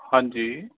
ਹਾਂਜੀ